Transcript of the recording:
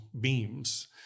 beams